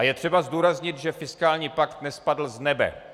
Je třeba zdůraznit, že fiskální pakt nespadl z nebe.